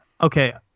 okay